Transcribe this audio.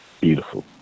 beautiful